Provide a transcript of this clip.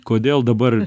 kodėl dabar